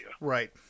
right